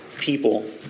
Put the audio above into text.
people